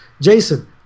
Jason